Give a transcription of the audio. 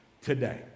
today